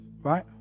right